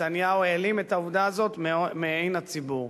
נתניהו העלים את העובדה הזאת מעין הציבור.